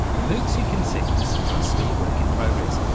moocs, he concedes, are still a work in progress,